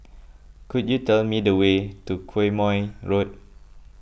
could you tell me the way to Quemoy Road